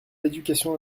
l’éducation